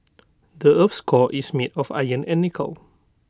the Earth's core is made of iron and nickel